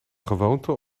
gewoonte